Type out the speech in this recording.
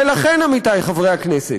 ולכן, עמיתי חברי הכנסת,